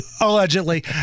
Allegedly